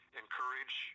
encourage